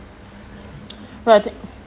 but